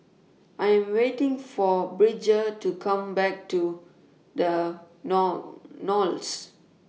I Am waiting For Bridger to Come Back to The null Knolls